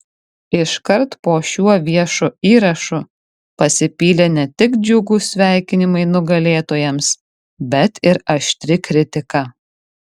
iškart po šiuo viešu įrašu pasipylė ne tik džiugūs sveikinimai nugalėtojams bet ir aštri kritika